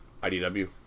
IDW